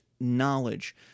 knowledge